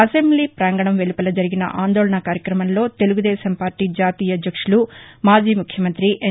assembly పాంగణం వెలుపల జరిగిన ఆందోళన కార్యక్రమంలో తెలుగుదేశం పార్టీ జాతీయ అధ్యక్షులు మాజీ ముఖ్యమంతి ఎన్